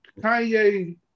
Kanye